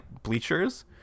bleachers